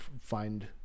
find